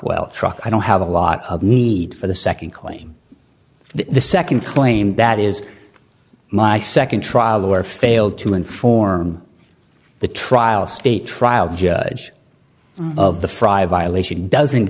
truck i don't have a lot of need for the second claim the second claim that is my second trial the war failed to inform the trial state trial judge of the frye violation doesn't